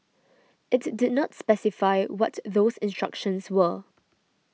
it did not specify what those instructions were